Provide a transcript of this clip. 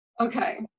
Okay